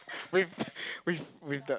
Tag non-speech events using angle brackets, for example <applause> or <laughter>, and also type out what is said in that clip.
with <breath> with with the